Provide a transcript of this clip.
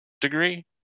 degree